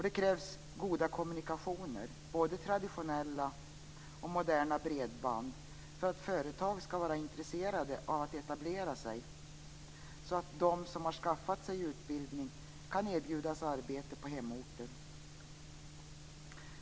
Det krävs goda kommunikationer, både traditionella och moderna bredband, för att företag skall vara intresserade av att etablera sig, så att de som har skaffat sig utbildning kan erbjudas arbete på hemorten.